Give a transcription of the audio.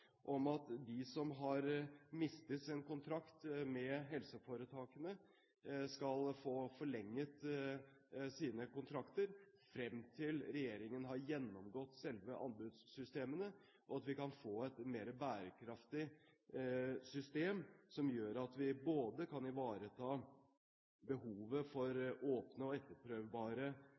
om at de som har mistet sin kontrakt med helseforetakene, skal få forlenget sine kontrakter frem til regjeringen har gjennomgått selve anbudssystemene og vi kan få et mer bærekraftig system, som gjør at vi både kan ivareta behovet for åpne og etterprøvbare